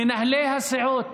מנהלי הסיעות.